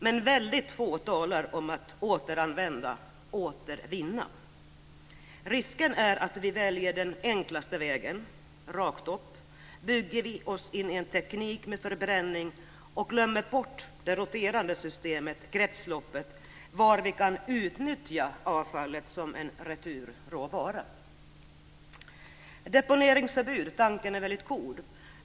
Men väldigt få talar om återanvändning och återvinning. Risken finns att vi, om vi väljer den enklaste vägen, rakt upp, bygger in oss i en teknik med förbränning och glömmer bort det roterande systemet - kretsloppet - var vi kan utnyttja avfallet som en returråvara. Tanken med deponeringsförbud är väldigt god.